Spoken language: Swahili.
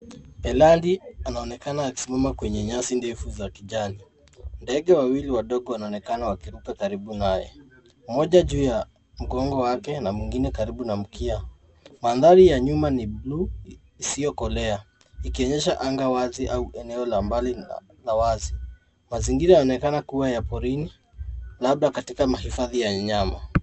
Elandi anaonekana akisimama kwenye nyasi ndefu za kijani. Ndege wawili wadogo wanaonekana wakiruka karibu naye, moja juu ya mgongo wake na mwingine karibu na mkia. Mandhari ya nyuma ni bluu isiyokolea ikionyesha anga wazi au eneo la mbali na wazi. Mazingira yanaonekana kuwa ya porini labda katika mahifadhi ya wanyama.